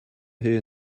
hun